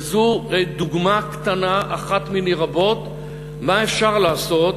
וזו דוגמה קטנה אחת מני רבות למה שאפשר לעשות